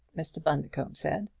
mr. bundercombe said.